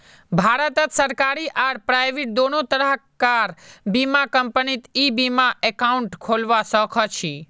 भारतत सरकारी आर प्राइवेट दोनों तरह कार बीमा कंपनीत ई बीमा एकाउंट खोलवा सखछी